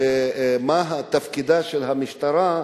מה תפקידה של המשטרה,